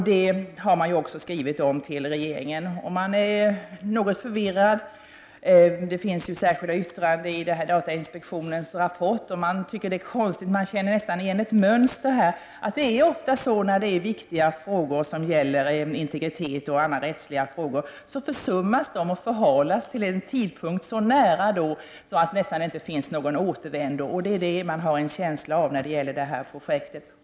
Det har man också skrivit om till regeringen. Detta är förvirrande. Det finns särskilda yttranden i datainspektionens rapport. Det går att känna igen ett mönster här. Ofta är det så när det gäller viktiga frågor, t.ex. integritet och andra rättsliga frågor, att de försummas och förhalas till en tidpunkt så nära så att det nästan inte finns någon återvändo. Det är en känsla man får när det gäller detta projekt.